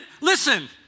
listen